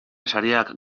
sariak